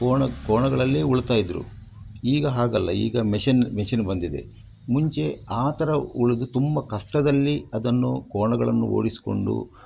ಕೋಣ ಕೋಣಗಳಲ್ಲೇ ಉಳುತ್ತಾ ಇದ್ದರು ಈಗ ಹಾಗಲ್ಲ ಈಗ ಮೆಷಿನ್ ಮೆಷಿನ್ ಬಂದಿದೆ ಮುಂಚೆ ಆ ಥರ ಉಳಿದು ತುಂಬ ಕಷ್ಟದಲ್ಲಿ ಅದನ್ನು ಕೋಣಗಳನ್ನು ಓಡಿಸಿಕೊಂಡು